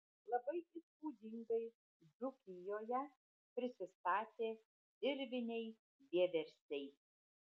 labai įspūdingai dzūkijoje prisistatė dirviniai vieversiai